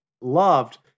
loved